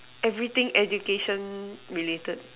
everything education related